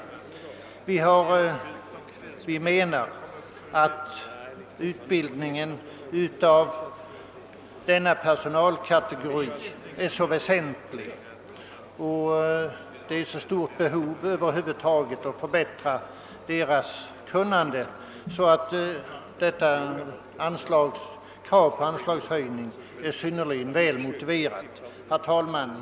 Vi menar att utbildningen av denna personalkategori är så väsentlig och att det över huvud taget föreligger ett så stort behov av att förbättra dess kunnande, att detta krav på anslagshöjning är synnerligen väl motiverat. Herr talman!